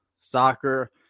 soccer